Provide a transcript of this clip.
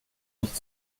nicht